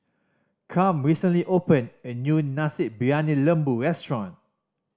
Cam recently opened a new Nasi Briyani Lembu restaurant